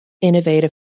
innovative